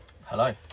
Hello